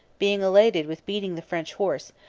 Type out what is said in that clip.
being elated with beating the french horse,